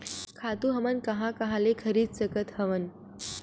खातु हमन कहां कहा ले खरीद सकत हवन?